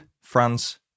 France